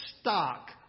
stock